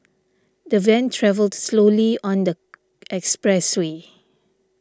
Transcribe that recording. the van travelled slowly on the expressway